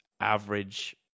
average